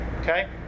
Okay